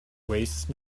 waste